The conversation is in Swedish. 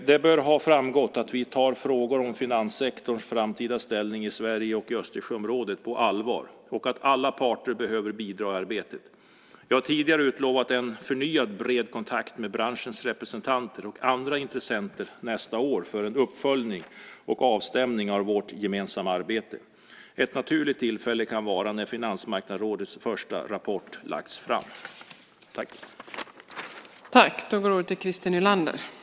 Det bör ha framgått att vi tar frågor om finanssektorns framtida ställning i Sverige och i Östersjöområdet på allvar och att alla parter behöver bidra i arbetet. Jag har tidigare utlovat en förnyad bred kontakt med branschens representanter och andra intressenter nästa år för en uppföljning och avstämning av vårt gemensamma arbete. Ett naturligt tillfälle kan vara när Finansmarknadsrådets första rapport lagts fram. Då Karin Pilsäter, som framställt interpellationen, anmält att hon var förhindrad att närvara vid sammanträdet medgav tredje vice talmannen att Christer Nylander i stället fick delta i överläggningen.